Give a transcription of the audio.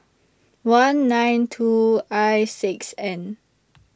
one nine two I six N